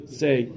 say